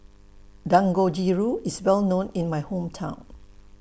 Dangojiru IS Well known in My Hometown